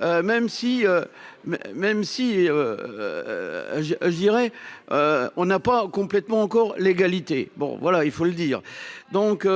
même si je dirais on n'a pas complètement encore l'égalité, bon voilà, il faut le dire, donc,